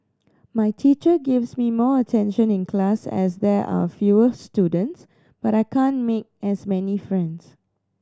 my teacher gives me more attention in class as there are fewer students but I can't make as many friends